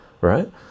right